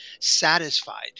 satisfied